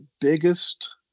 biggest